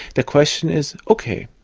the question is, okay,